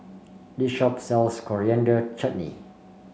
this shop sells Coriander Chutney